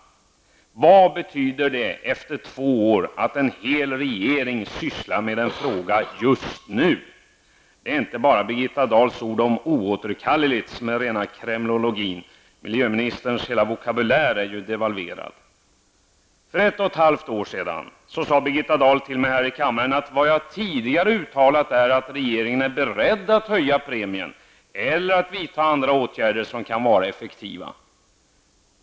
Vad betyder det efter två år att en hel regering sysslar med en fråga ''just nu''? Det är inte bara Birgitta Dahls ord som ''oåterkalleligt'' som är rena kremlologi, miljöministerns hela vokabulär är devalverad. För ett och ett halvt år sedan sade Birgitta Dahl till mig här i kammaren: Vad jag tidigare har uttalat är att regeringen är beredd att höja premien eller att vidta andra åtgärder som kan vara effektiva.